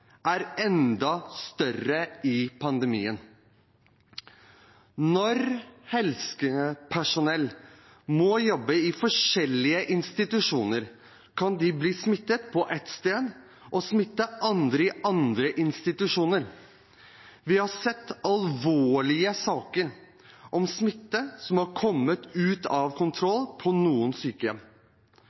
er enda større i pandemien. Når helsepersonell må jobbe i forskjellige institusjoner, kan de bli smittet på ett sted og smitte andre i andre institusjoner. Vi har sett alvorlige saker om smitte som har kommet ut av kontroll på noen sykehjem,